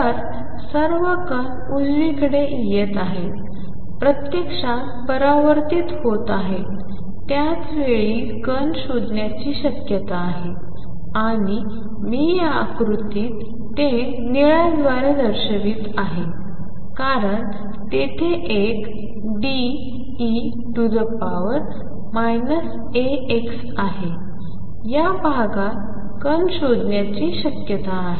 तर सर्व कण उजवीकडे येत आहेत प्रत्यक्षात परावर्तित होत आहेत त्याच वेळी कण शोधण्याची शक्यता आहे आणि मी या आकृतीत ते निळ्याद्वारे दर्शवित आहे कारण तेथे एक De αxआहे या भागात कण शोधण्याची शक्यता आहे